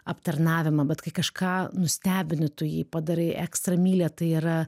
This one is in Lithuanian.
aptarnavimą bet kai kažką nustebini tu jį padarai ekstra mylią tai yra